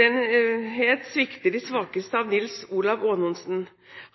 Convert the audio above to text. den het Svikter de svakeste av Nils Olav Aanonsen.